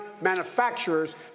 manufacturers